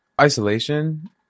Isolation